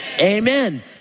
Amen